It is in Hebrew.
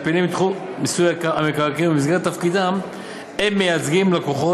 הפעילים בתחום מיסוי המקרקעין ובמסגרת תפקידם הם מייצגים לקוחות